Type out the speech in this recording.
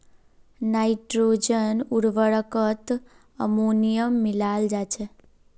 nitrogen उर्वरकत ammonia मिलाल जा छेक